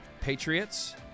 Patriots